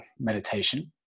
meditation